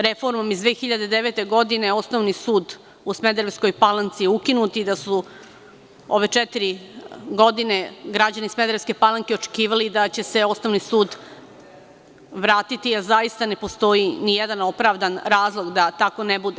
Reformom iz 2009. godine Osnovni sud u Smederevskoj Palanci je ukinut i da su ove četiri godine građani Smederevske Palanke očekivali da će se Osnovni sud vratiti, a zaista ne postoji nijedan opravdan razlog da tako ne bude.